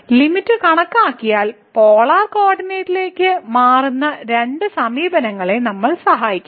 limit കണക്കാക്കിയാൽ polar കോർഡിനേറ്റിലേക്ക് മാറുന്ന രണ്ട് സമീപനങ്ങളെ നമ്മൾ സഹായിക്കും